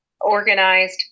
organized